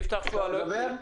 יפתח שוע, בבקשה.